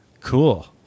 Cool